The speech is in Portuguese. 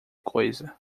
coisa